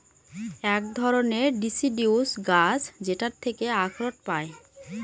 এক ধরনের ডিসিডিউস গাছ যেটার থেকে আখরোট পায়